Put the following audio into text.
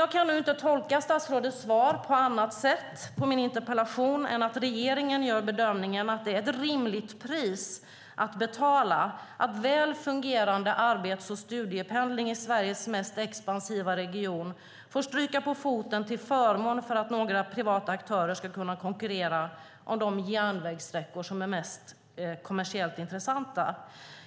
Jag kan inte tolka statsrådets svar på min interpellation på annat sätt än att regeringen gör bedömningen att det är ett rimligt pris att betala att väl fungerande arbets och studiependling i Sveriges mest expansiva region får stryka på foten till förmån för att några privata aktörer ska kunna konkurrera om de järnvägssträckor som är mest kommersiellt intressanta.